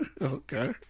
Okay